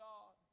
God